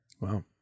Wow